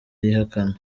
yihakana